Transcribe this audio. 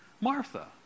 Martha